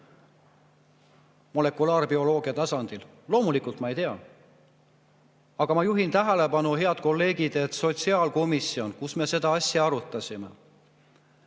Molekulaarbioloogia tasandil ma loomulikult ei tea. Aga ma juhin tähelepanu, head kolleegid, et sotsiaalkomisjoni [istungil], kus me seda asja arutasime,